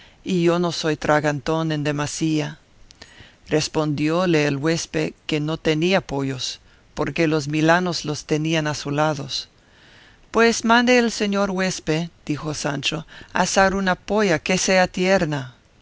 yo no soy tragantón en demasía respondióle el huésped que no tenía pollos porque los milanos los tenían asolados pues mande el señor huésped dijo sancho asar una polla que sea tierna